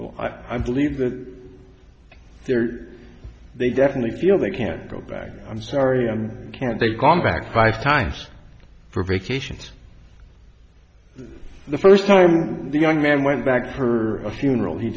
well i believe that there they definitely feel they can't go back i'm sorry i'm can't they come back five times for vacations the first time the young man went back for a funeral